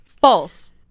false